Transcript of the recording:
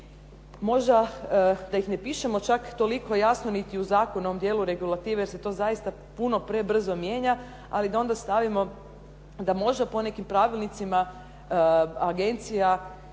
Možda da ih ne pišemo čak toliko jasno niti u zakonom dijelu regulative se to zaista puno prebrzo mijenja. Ali da onda stavimo da možda po nekim pravilnicima agencija